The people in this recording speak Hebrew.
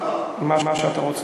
מה שאתה רוצה.